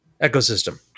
ecosystem